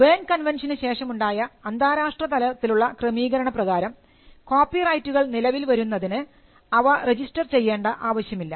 burn കൺവെൻഷനു ശേഷമുണ്ടായ അന്താരാഷ്ട്ര തലത്തിലുള്ള ക്രമീകരണ പ്രകാരം കോപ്പിറൈറ്റുകൾ നിലവിൽ വരുന്നതിന് അവ രജിസ്റ്റർ ചെയ്യേണ്ട ആവശ്യമില്ല